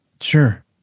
Sure